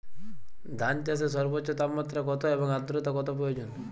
ধান চাষে সর্বোচ্চ তাপমাত্রা কত এবং আর্দ্রতা কত প্রয়োজন?